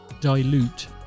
dilute